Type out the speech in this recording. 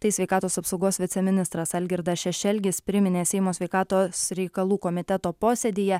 tai sveikatos apsaugos viceministras algirdas šešelgis priminė seimo sveikatos reikalų komiteto posėdyje